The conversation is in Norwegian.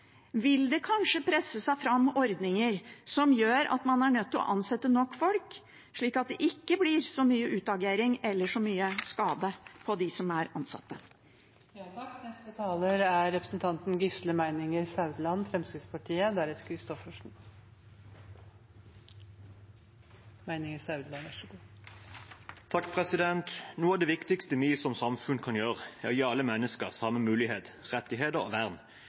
vil det kanskje presse seg fram ordninger som gjør at man er nødt til å ansette nok folk, slik at det ikke blir så mye utagering eller så mye skade for dem som er ansatt. Noe av det viktigste vi som samfunn kan gjøre, er å gi alle mennesker samme muligheter, rettigheter og vern, uavhengig av kjønn, seksuell orientering, religion, eller i dette tilfellet funksjonsnedsettelse – det kan være synshemming, bevegelseshemming eller andre funksjonsnedsettelser. Fremskrittspartiet har alltid støttet universelle rettigheter og